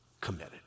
committed